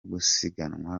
gusiganwa